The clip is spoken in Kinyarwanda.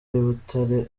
butare